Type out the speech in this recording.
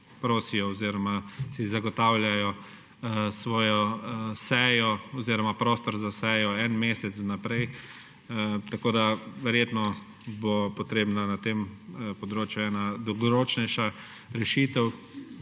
prosijo oziroma si zagotavljajo prostor za sejo en mesec vnaprej. Tako bo verjetno potrebna na tem področju ena dolgoročnejša rešitev,